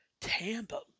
Tampa